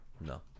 no